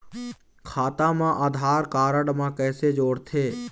खाता मा आधार कारड मा कैसे जोड़थे?